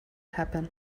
happen